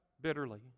bitterly